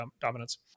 dominance